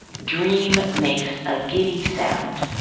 dream makes a giddy sound,